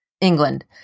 England